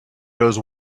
goes